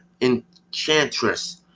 enchantress